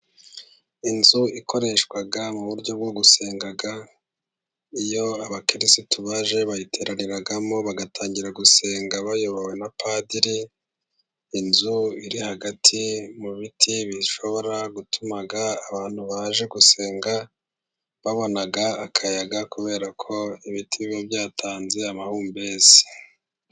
Inzu ikoreshwa mu buryo bwo gusenga, iyo abakirisitu baje bayiteraniramo bagatangira gusenga bayobowe na padiri, inzu iri hagati mu biti bishobora gutuma abantu baje gusenga babona akayaga, kubera ko ibiti biba byatanze amahumbezi.